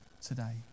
today